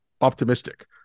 optimistic